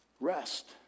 Rest